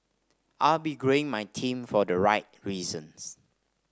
are be growing my team for the right reasons